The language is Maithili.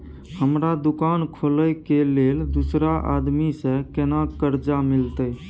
हमरा दुकान खोले के लेल दूसरा आदमी से केना कर्जा मिलते?